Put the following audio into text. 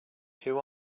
who